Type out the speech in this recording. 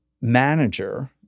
manager